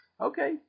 Okay